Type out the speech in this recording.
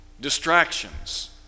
Distractions